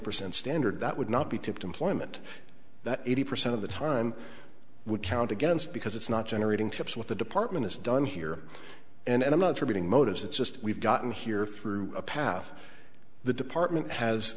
percent standard that would not be tipped employment that eighty percent of the time would count against because it's not generating tips what the department has done here and i'm not debating motives it's just we've gotten here through a path the department has